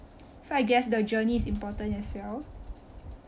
so I guess the journey is important as well